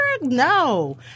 No